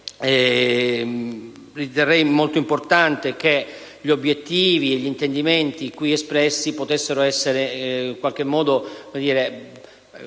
ritengo molto importante che gli obiettivi e gli intendimenti qui espressi possano essere in qualche modo condivisi